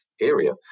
area